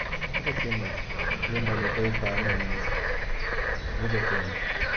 Wo te kee noo la i ye i faa i maŋ nimisa, wo buka kee noo